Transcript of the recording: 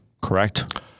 correct